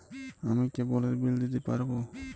আমি কেবলের বিল দিতে পারবো?